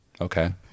Okay